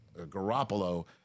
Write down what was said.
garoppolo